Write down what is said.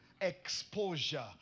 Exposure